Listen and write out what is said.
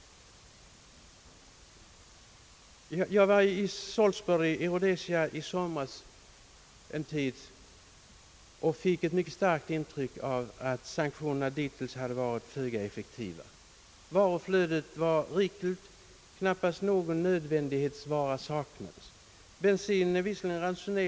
Jag var i Salisbury i Rhodesia i somras, och jag fick ett starkt intryck av att sanktionerna dittills varit föga effektiva. Varuflödet var rikligt. Knappast någon nödvändighetsvara saknades. Bensinen är visserligen ransone Ang.